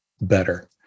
better